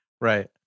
Right